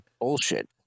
bullshit